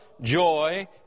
joy